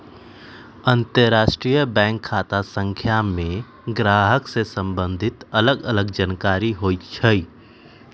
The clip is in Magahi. अंतरराष्ट्रीय बैंक खता संख्या में गाहक से सम्बंधित अलग अलग जानकारि होइ छइ